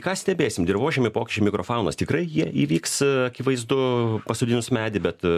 ką stebėsim dirvožemy pokyčiai mikrofaunos tikrai jie įvyks akivaizdu pasodinus medį bet